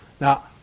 Now